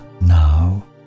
now